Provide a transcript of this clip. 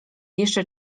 jeszcze